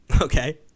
Okay